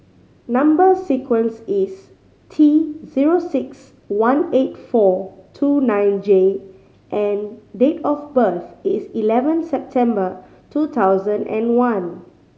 number sequence is T zero six one eight four two nine J and date of birth is eleven September two thousand and one